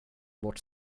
bort